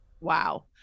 Wow